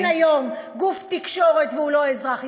מי מממן היום גוף תקשורת והוא לא אזרח ישראל?